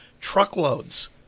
truckloads